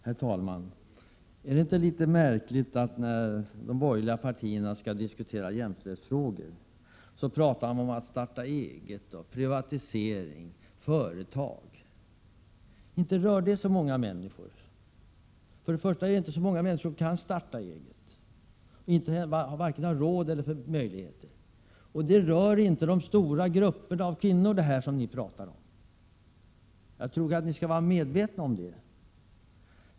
Herr talman! Är det inte litet märkligt att när de borgerliga partierna skall diskutera jämställdhetsfrågor pratar de om att starta eget, om privatisering och om företag. Men inte rör det särskilt många människor. Det är inte så många människor som kan starta eget. Det har de varken råd eller möjlighet till. Det ni pratar om rör inte de stora grupperna av kvinnor. Ni bör vara medvetna om det.